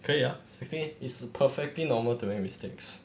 可以 ah sixteen is perfectly normal to make mistakes